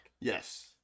Yes